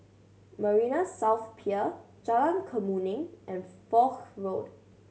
Marina South Pier Jalan Kemuning and Foch Road